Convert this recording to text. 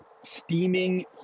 steaming